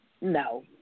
No